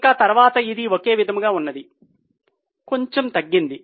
ఇంకా తర్వాత ఇది ఒకే విధముగా ఉన్నది కొంచెం తగ్గింది